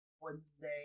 Wednesday